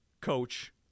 coach